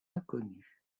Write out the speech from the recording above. inconnue